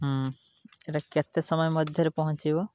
ହୁଁ ସେଟା କେତେ ସମୟ ମଧ୍ୟରେ ପହଞ୍ଚିବ